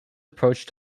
approach